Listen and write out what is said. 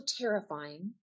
terrifying